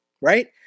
right